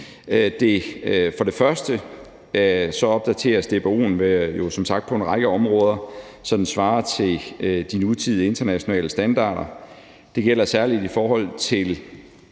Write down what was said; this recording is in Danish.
som sagt opdateres på en række områder, så den svarer til de nutidige internationale standarder. Det gælder særlig i forhold til